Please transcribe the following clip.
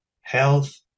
health